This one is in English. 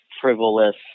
frivolous